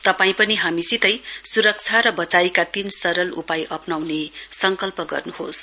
तपाई पनि हामीसितै सुरक्षा र वचाइका तीन सरल उपाय अप्नाउने संकल्प गर्नुहोस